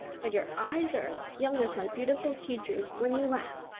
but your eyes are as young as my beautiful teacher's when you laugh.